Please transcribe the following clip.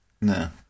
No